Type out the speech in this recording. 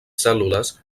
cèl·lules